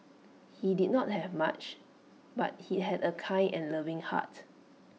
he did not have much but he had A kind and loving heart